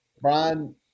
Brian